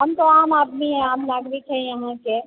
हम तो आम आदमी हैं आम नागरिक हैं यहाँ के